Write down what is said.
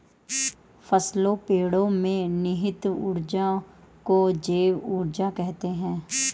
फसलों पेड़ो में निहित ऊर्जा को जैव ऊर्जा कहते हैं